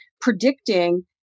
predicting